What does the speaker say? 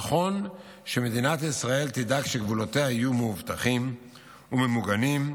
נכון שמדינת ישראל תדאג שגבולותיה יהיו מאובטחים וממוגנים,